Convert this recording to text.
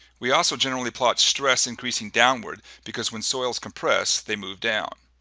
we also generally plot stress increasing downward because when soils compress they move down.